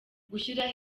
gushyiraho